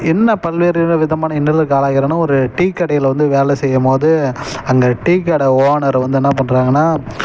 என்ன பல்வேறு விதமான இன்னல்களுக்கு ஆளாகிறானா ஒரு டீ கடையில் வந்து வேலை செய்யும் போது அந்த டீ கடை ஓனர் வந்து என்ன பண்ணுறாங்கனா